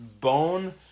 Bone